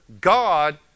God